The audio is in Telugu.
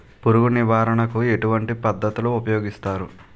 పురుగు నివారణ కు ఎటువంటి పద్ధతులు ఊపయోగిస్తారు?